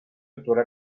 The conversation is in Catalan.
actuarà